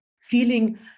Feeling